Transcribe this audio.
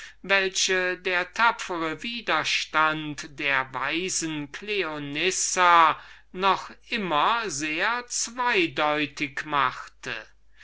welche der tapfre widerstand der weisen cleonissa ziemlich zweideutig machte